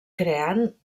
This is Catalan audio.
creant